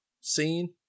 scene